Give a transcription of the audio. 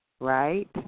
right